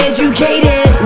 Educated